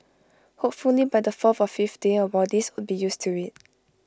hopefully by the fourth or fifth day our bodies would be used to IT